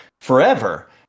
forever